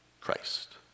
Christ